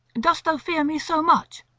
dost thou fear me so much,